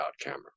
camera